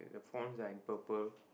the fonts are in purple